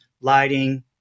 lighting